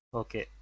okay